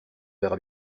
verra